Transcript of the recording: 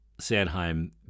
Sandheim